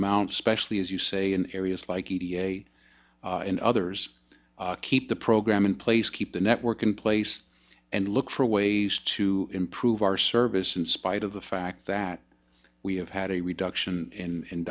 amount specially as you say in areas like e t a and others keep the program in place keep the network in place and look for ways to improve our service in spite of the fact that we have had a reduction in